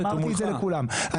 אמרתי את זה לכולם.